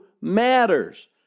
matters